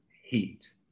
heat